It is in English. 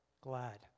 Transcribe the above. glad